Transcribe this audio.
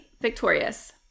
Victorious